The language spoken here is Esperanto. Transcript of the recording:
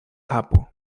kapo